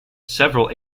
several